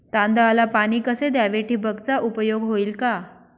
तांदळाला पाणी कसे द्यावे? ठिबकचा उपयोग होईल का?